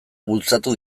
bultzatu